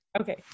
Okay